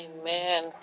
Amen